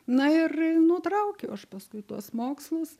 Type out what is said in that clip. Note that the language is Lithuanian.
na ir nutraukiau aš paskui tuos mokslus